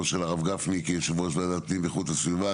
של הרב גפני כיושב-ראש ועדת הפנים ואיכות הסביבה.